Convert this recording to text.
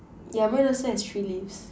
yeah mine also has three leaves